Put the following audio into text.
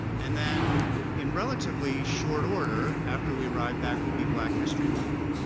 and then in relatively short order after we arrive back will be black history month.